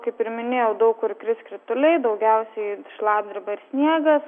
kaip ir minėjau daug kur kris krituliai daugiausiai šlapdriba ir sniegas